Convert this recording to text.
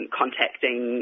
contacting